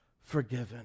forgiven